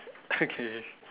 okay